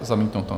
Zamítnuto.